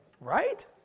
Right